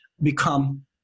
become